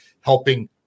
helping